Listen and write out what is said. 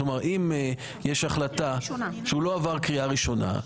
אם הוא לא עבר קריאה ראשונה,